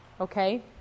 Okay